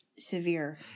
severe